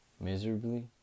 miserably